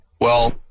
Well-